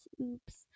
Oops